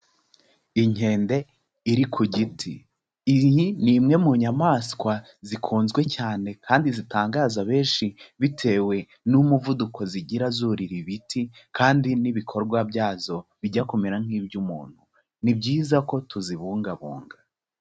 Inkende iri ku giti, iyi ni imwe mu nyamaswa zikunzwe cyane kandi zitangaza benshi bitewe n'umuvuduko zigira zurira ibiti kandi n'ibikorwa byazo bijya kumera nk'iby'umuntu, ni byiza ko tuzibungabunga.